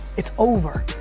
it's over,